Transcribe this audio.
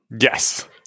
Yes